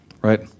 Right